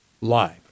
live